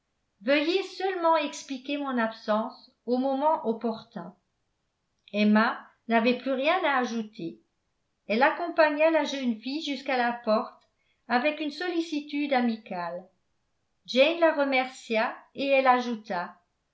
veuillez seulement expliquer mon absence au moment opportun emma n'avait plus rien à ajouter elle accompagna la jeune fille jusqu'à la porte avec une sollicitude amicale jane la remercia et elle ajouta